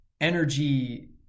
energy